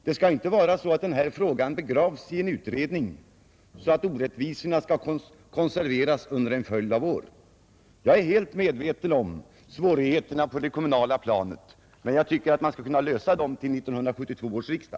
Det skall inte bli så att den här frågan begravs i en utredning så att orättvisorna skall konserveras under en följd av år. Jag är helt medveten om svårigheterna på det kommunala planet, men jag tycker att man skall kunna lösa de svårigheterna till 1972 års riksdag.